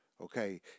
Okay